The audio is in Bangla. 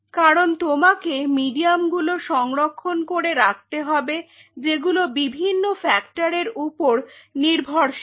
কারন তোমাকে মিডিয়াম গুলো সংরক্ষন করে রাখতে হবে যেগুলো বিভিন্ন ফ্যাক্টর এর উপর নির্ভরশীল